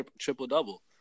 triple-double